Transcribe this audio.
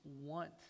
want